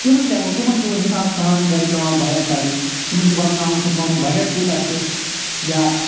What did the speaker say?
تِمَن کیٛاہ گوٚو تِمَن چھِ وۄنۍ حِساب سان گَرِ پٮ۪وان بایک کَڑٕنۍ تِمن چھُ گۄڈٕ پٮ۪وان وٕچھُن پَنُن بَجَٹ کوٗتاہ چھِ یا